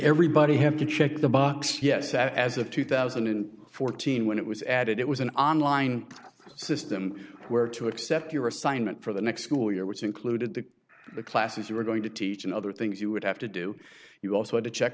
everybody had to check the box yes as of two thousand and fourteen when it was added it was an online system where to accept your assignment for the next school year which included the the classes you were going to teach and other things you would have to do you also had to check